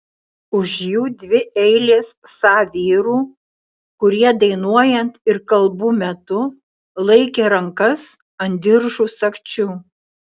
už jų dvi eilės sa vyrų kurie dainuojant ir kalbų metu laikė rankas ant diržų sagčių